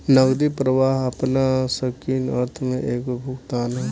नगदी प्रवाह आपना संकीर्ण अर्थ में एगो भुगतान ह